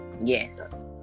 Yes